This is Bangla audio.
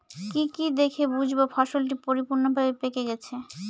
কি কি দেখে বুঝব ফসলটি পরিপূর্ণভাবে পেকে গেছে?